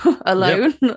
alone